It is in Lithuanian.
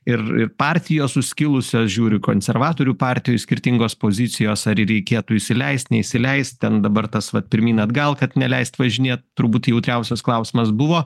ir ir partijos suskilusios žiūriu konservatorių partijoj skirtingos pozicijos ar ir reikėtų įsileist neįsileist ten dabar tas vat pirmyn atgal kad neleist važinėt turbūt jautriausias klausimas buvo